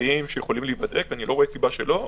בריאים שיכולים להיבדק איני רואה סיבה שלא.